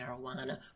marijuana